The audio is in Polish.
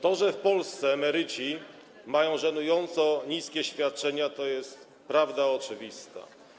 To, że w Polsce emeryci mają żenująco niskie świadczenia, to jest prawda oczywista.